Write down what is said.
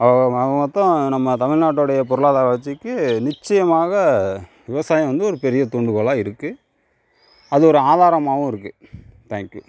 ஆகமொத்தம் நம்ம தமிழ் நாட்டுடைய பொருளாதார வளர்ச்சிக்கு நிச்சயமாக விவசாயம் வந்து ஒரு பெரிய தூண்டுகோலாக இருக்கு அது ஒரு ஆதாரமாகவும் இருக்கு தேங்க்யூ